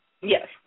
Yes